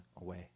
away